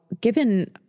given